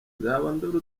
nzabandora